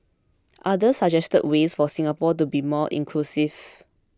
others suggested ways for Singapore to be more inclusive